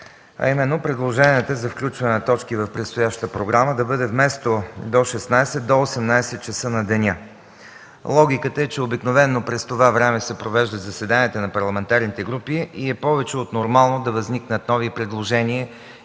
а именно предложенията за включване на точки в предстоящата програма вместо „до 16,00 ч.” да бъде „до 18,00 ч. на деня”. Логиката е, че обикновено през това време се провеждат заседанията на парламентарните групи и е повече от нормално да възникнат нови предложения